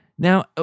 Now